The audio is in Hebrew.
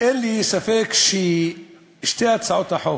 אין לי ספק ששתי הצעות החוק,